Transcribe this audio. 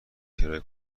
کرایه